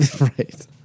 Right